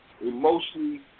emotionally